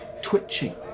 twitching